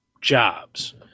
jobs